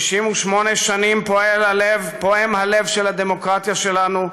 68 שנים פועם הלב של הדמוקרטיה שלנו,